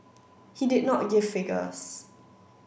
he did not give figures